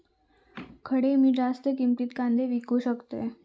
खडे मी जास्त किमतीत कांदे विकू शकतय?